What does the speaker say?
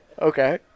okay